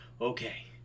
okay